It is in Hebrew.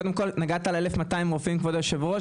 קודם כל נגעתם ב-1,200 רופאים כבוד היו"ר,